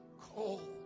cold